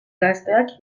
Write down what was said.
gazteak